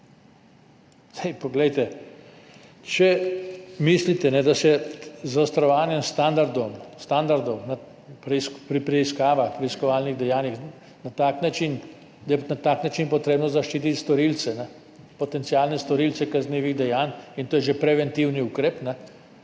Ne glede na to. Če mislite, da je z zaostrovanjem standardov pri preiskavah, preiskovalnih dejanjih, da je na tak način potrebno zaščititi storilce, potencialne storilce kaznivih dejanj, in to je že preventivni ukrep,